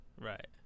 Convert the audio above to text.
Right